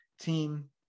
team